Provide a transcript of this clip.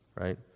Right